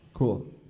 Cool